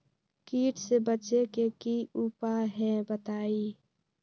कीट से बचे के की उपाय हैं बताई?